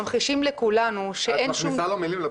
ממחישים לכולנו --- את מכניסה לו מילים לפה.